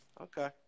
Okay